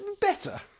better